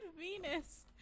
Venus